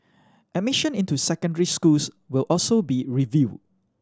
admission into secondary schools will also be reviewed